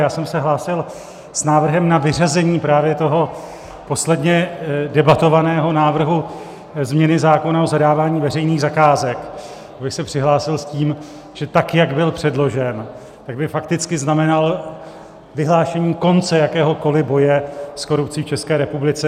Já jsem se hlásil s návrhem na vyřazení právě toho posledně debatovaného návrhu změny zákona o zadávání veřejných zakázek, abych se přihlásil s tím, že tak jak byl předložen, tak by fakticky znamenal vyhlášení konce jakéhokoli boje s korupcí v České republice.